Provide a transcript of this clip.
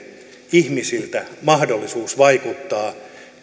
ihmisiltä mahdollisuus vaikuttaa siihen